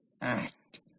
act